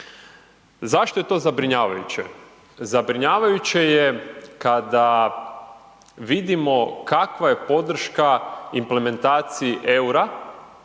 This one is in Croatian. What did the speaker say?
Zašto je to zabrinjavajuće? Zabrinjavajuće je kada vidimo kakva je podrška implementaciji EUR-a